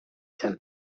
zen